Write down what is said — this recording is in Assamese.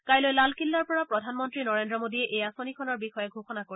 কাইলৈ লালকিল্লাৰ পৰা প্ৰধানমন্ত্ৰী নৰেন্দ্ৰ মোডীয়ে এই অাঁচনিখনৰ বিষয়ে ঘোষণা কৰিব